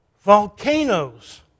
Volcanoes